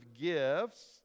gifts